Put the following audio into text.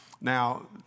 Now